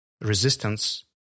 resistance